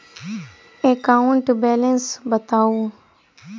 account balance बताउ